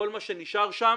כל מה שנשאר שם